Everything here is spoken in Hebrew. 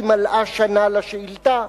כי מלאה שנה לשאילתא.